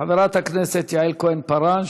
חברת הכנסת יעל כהן-פארן,